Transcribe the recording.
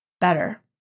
better